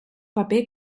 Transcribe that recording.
paper